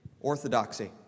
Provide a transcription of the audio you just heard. orthodoxy